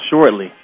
shortly